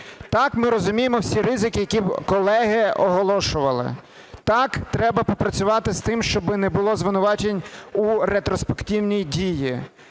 Так, ми розуміємо всі ризики, які колеги оголошували. Так, треба попрацювати з тим, щоб не було звинувачень в ретроспективній дії.